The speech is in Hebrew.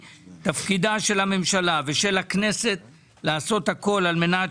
תפקידה של הממשלה ושל הכנסת לעשות הכל על מנת